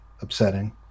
upsetting